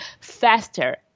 faster